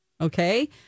Okay